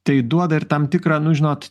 tai duoda ir tam tikrą nu žinot